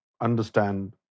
understand